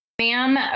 Ma'am